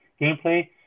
gameplay